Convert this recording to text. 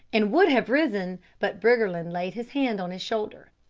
and would have risen, but briggerland laid his hand on his shoulder.